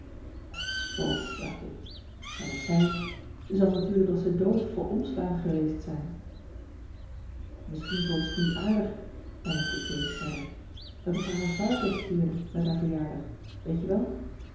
t spook dacht ik en ik zei ze zal natuurlijk als de dood voor omslaan geweest zijn misschien vond ze t niet aardig peinsde kees verder dat ik haar een varken stuurde met haar verjaardag weet je wel